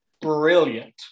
brilliant